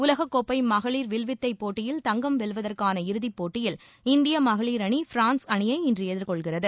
உலக கோப்பை மகளிர் வில்வித்தை போட்டியில் தங்கம் வெல்வதற்கான இறுதிப்போட்டியில் இந்திய மகளிர் அணி பிரான்ஸ் அணியை இன்று எதிர்கொள்கிறது